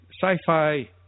sci-fi